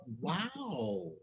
wow